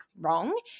wrong